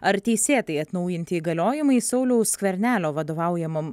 ar teisėtai atnaujinti įgaliojimai sauliaus skvernelio vadovaujamam